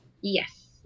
Yes